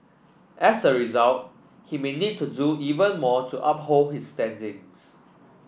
as a result he may need to do even more to uphold his standings